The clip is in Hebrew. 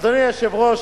אדוני היושב-ראש,